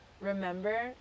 remember